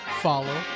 follow